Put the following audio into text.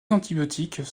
antibiotiques